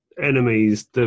enemies